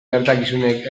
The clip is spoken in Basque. gertakizunek